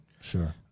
Sure